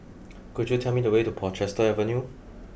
could you tell me the way to Portchester Avenue